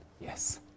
Yes